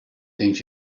things